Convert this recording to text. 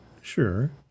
Sure